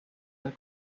del